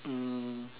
um